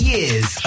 Years